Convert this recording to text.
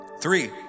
Three